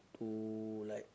to like